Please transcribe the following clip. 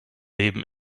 leben